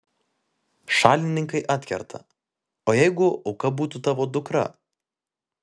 šalininkai atkerta o jeigu auka būtų tavo dukra